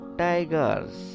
tigers